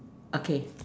okay